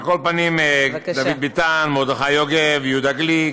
על כל פנים, דוד ביטן, מרדכי יוגב, יהודה גליק,